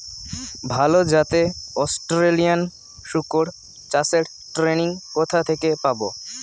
ভালো জাতে অস্ট্রেলিয়ান শুকর চাষের ট্রেনিং কোথা থেকে পাব?